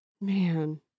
Man